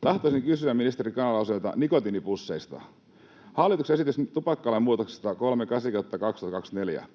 Tahtoisin kysyä ministeri Grahn-Laasoselta nikotiinipusseista — hallituksen esitys tupakkalain muutoksesta 38/2024.